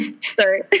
Sorry